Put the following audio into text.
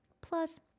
plus